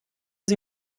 sie